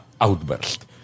outburst